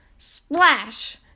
splash